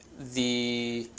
the